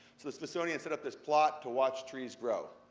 so the smithsonian set up this plot to watch trees grow.